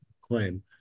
claim